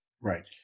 Right